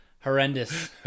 Horrendous